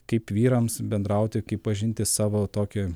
kaip vyrams bendrauti kaip pažinti savo tokį